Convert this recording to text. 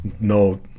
no